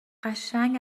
قشنگ